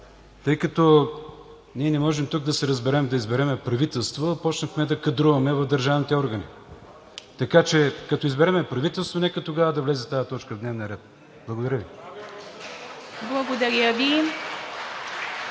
Ние тук не можем да се разберем, за да изберем правителство, а започнахме да кадруваме в държавните органи. Така че, като изберем правителство, нека тогава да влезе тази точка в дневния ред. Благодаря Ви. (Ръкопляскания